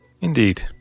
Indeed